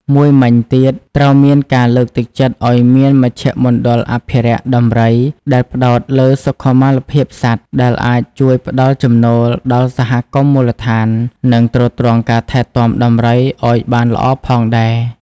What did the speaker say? មួយមិញទៀតត្រូវមានការលើកទឹកចិត្តឱ្យមានមជ្ឈមណ្ឌលអភិរក្សដំរីដែលផ្តោតលើសុខុមាលភាពសត្វ ដែលអាចជួយផ្តល់ចំណូលដល់សហគមន៍មូលដ្ឋាន និងទ្រទ្រង់ការថែទាំដំរីឲ្យបានល្អផងដែរ។